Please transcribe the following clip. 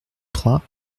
trois